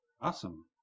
Awesome